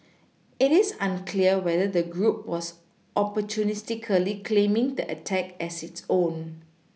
it is unclear whether the group was opportunistically claiming the attack as its own